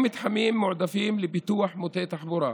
קידום מתחמים מועדפים לפיתוח מוטה תחבורה,